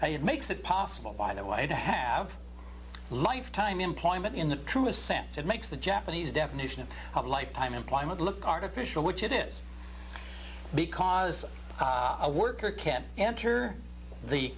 had makes it possible by the way to have lifetime employment in the truest sense it makes the japanese definition of lifetime employment look artificial which it is because a worker can enter the